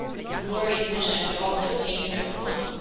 it's a glorious mission but also a dangerous one!